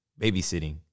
babysitting